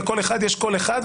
לכל אחד יש קול אחד,